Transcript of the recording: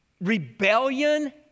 Rebellion